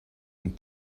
and